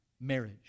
marriage